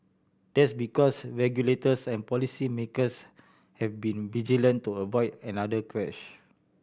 that's because regulators and policy makers have been vigilant to avoid another crash